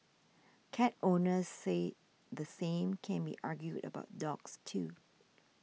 cat owners say the same can be argued about dogs too